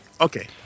Okay